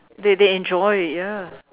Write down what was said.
they they enjoy ya